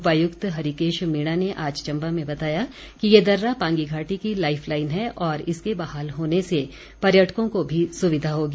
उपायुक्त हरीकेश मीणा ने आज चम्बा में बताया कि ये दर्रा पांगी घाटी की लाइफ लाइन है और इसके बहाल होने से पर्यटकों को भी सुविधा होगी